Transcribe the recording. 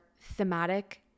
thematic